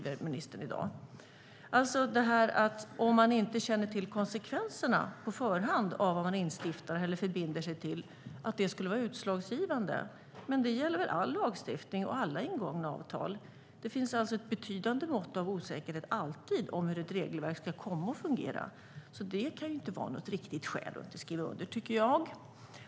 Att det faktum att man inte känner till konsekvenserna på förhand av vad man instiftar eller förbinder sig till skulle vara utslagsgivande gäller väl all lagstiftning och alla ingångna avtal. Det finns alltid ett betydande mått av osäkerhet om hur ett regelverk ska komma att fungera. Det kan inte vara något riktigt skäl att inte skriva under.